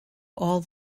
all